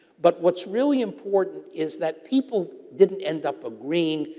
but, what's really important is that people didn't end up agreeing,